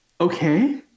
Okay